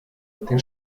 den